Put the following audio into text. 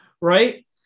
right